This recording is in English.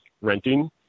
renting